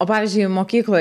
o pavyzdžiui mokykloj